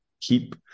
keep